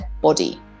body